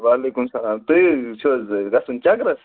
وعلیکُم سلام تُہۍ چھُو حظ گَژھُن چکرس